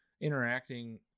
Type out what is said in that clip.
interacting